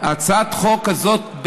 הצעת החוק הזאת,